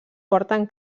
porten